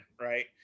right